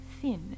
thin